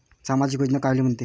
सामाजिक योजना कायले म्हंते?